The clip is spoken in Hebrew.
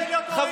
מה